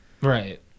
Right